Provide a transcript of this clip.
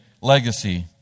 legacy